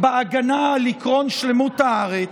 בהגנה על עקרון שלמות הארץ,